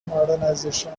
modernization